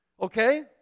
okay